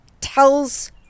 tells